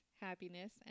happiness